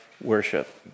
worship